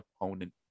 opponent